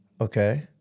Okay